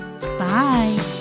Bye